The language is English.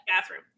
bathroom